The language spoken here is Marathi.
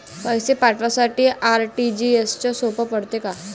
पैसे पाठवासाठी आर.टी.जी.एसचं सोप पडते का?